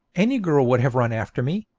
any girl would have run after me,